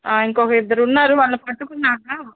ఇంకొక ఇద్దరు ఉన్నారు వాళ్ళని పట్టుకున్నాక